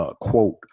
quote